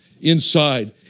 inside